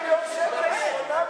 8 מיליון שקל, 8 מיליון.